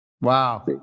Wow